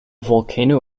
volcano